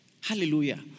Hallelujah